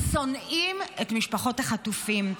שונאים את משפחות החטופים.